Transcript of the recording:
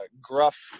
gruff